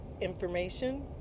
information